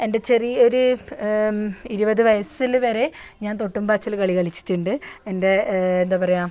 എൻ്റെ ചെറിയ ഒരു ഇരുപത് വയസ്സിൽ വരെ ഞാൻ തൊട്ടും പാച്ചില് കളി കളിച്ചിട്ടുണ്ട് എൻ്റെ എന്താ പറയുക